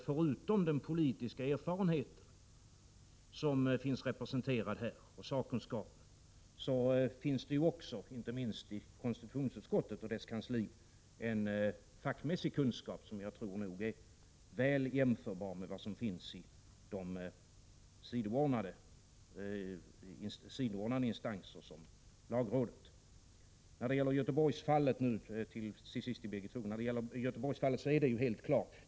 Förutom den politiska erfarenhet och sakkunskap som finns representerad här, så finns också, inte minst i konstitutionsutskottet och dess kansli, en fackkunskap som jag tror är väl jämförbar med den som finns i en sidoordnad instans som lagrådet. Göteborgsfallet, Birgit Friggebo, är ju helt klart.